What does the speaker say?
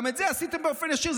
גם את זה עשיתם באופן ישיר.